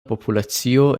populacio